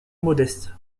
modeste